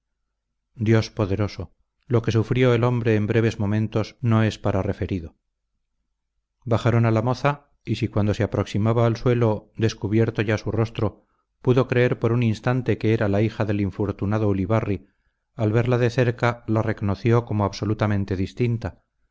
dios poderoso lo que sufrió el hombre en breves momentos no es para referido bajaron a la moza y si cuando se aproximaba al suelo descubierto ya su rostro pudo creer por un instante que era la hija del infortunado ulibarri al verla de cerca la reconoció como absolutamente distinta